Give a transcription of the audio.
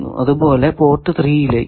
അതുപോലെ പോർട്ട് 3 ലേക്കും